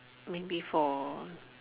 maybe for